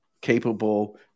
capable